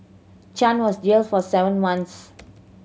Chan was jailed for seven months